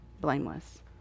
blameless